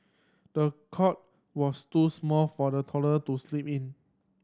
the cot was too small for the toddler to sleep in